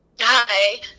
hi